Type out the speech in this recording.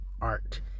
art